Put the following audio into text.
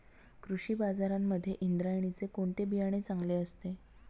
कृषी बाजारांमध्ये इंद्रायणीचे कोणते बियाणे चांगले असते?